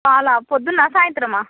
పాలా ప్రొద్దునా సాయంత్రమా